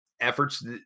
efforts